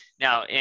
Now